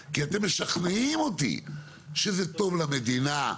כי אתם משכנעים אותי שזה טוב למדינה.